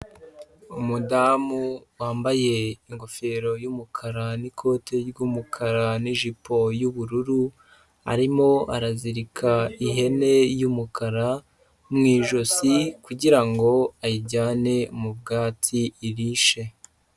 Umudamu wambaye ingofero y'umukara n'ikoti ry'umukara n'ijipo y'ubururu, arimo arazirika ihene y'umukara mu ijosi kugira ngo ayijyane mu bwatsi irishe.